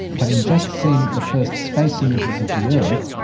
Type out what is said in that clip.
having just seen the first space images of the earth,